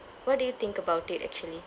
what do you think about it actually